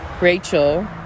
Rachel